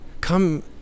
come